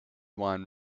wine